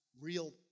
real